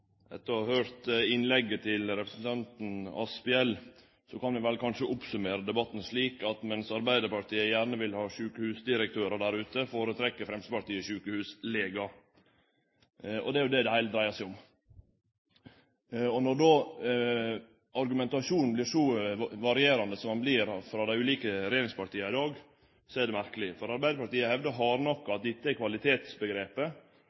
Etter å ha høyrt innlegget til representanten Asphjell kan ein vel kanskje oppsummere debatten slik at mens Arbeidarpartiet gjerne vil ha sjukehusdirektørar der ute, føretrekkjer Framstegspartiet sjukehuslegar. Og det er jo det det heile dreier seg om. Når argumentasjonen vert så varierande som han vert frå dei ulike regjeringspartia i dag, er det merkeleg. Arbeidarpartiet